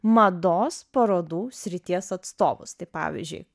mados parodų srities atstovus tai pavyzdžiui